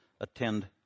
attend